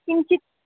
किञ्चित्